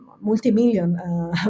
multi-million